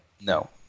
No